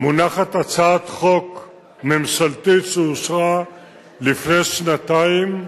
מונחת הצעת חוק ממשלתית, שאושרה לפני שנתיים,